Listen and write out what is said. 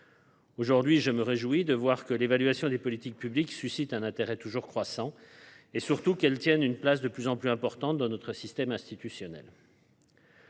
Aujourd’hui, je me réjouis de voir que l’évaluation des politiques publiques suscite un intérêt toujours croissant et, surtout, qu’elle tient une place de plus en plus importante dans notre système institutionnel.